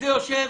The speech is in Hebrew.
זה יושב